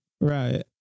right